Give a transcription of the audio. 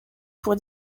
pour